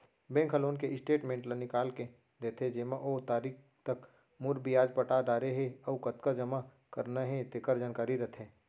bank ह loan के statement ल निकाल के देथे जेमा ओ तारीख तक मूर, बियाज पटा डारे हे अउ कतका जमा करना हे तेकर जानकारी रथे